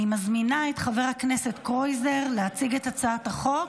אני מזמינה את חבר הכנסת קרויזר להציג את הצעת החוק.